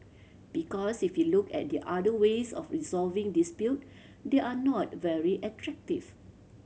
because if you look at the other ways of resolving dispute they are not very attractive